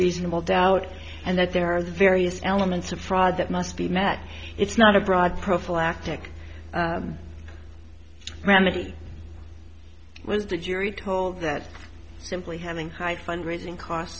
reasonable doubt and that there are various elements of fraud that must be met it's not a broad prophylactic remedy was the jury told that simply having high fundraising cost